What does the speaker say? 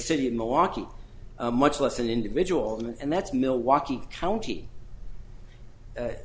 city of milwaukee much less an individual and that's milwaukee county